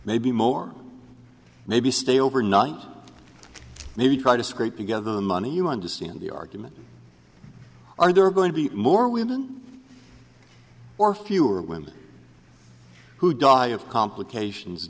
maybe more maybe stay overnight maybe try to scrape together the money you understand the argument are there are going to be more women or fewer women who die of complications